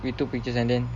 we took pictures and then